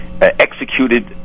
executed